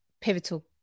pivotal